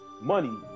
money